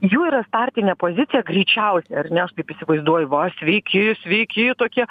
jų yra startinė pozicija greičiausiai ar ne aš taip įsivaizduoju va sveiki sveiki tokie